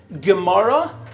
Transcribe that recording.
Gemara